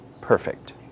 perfect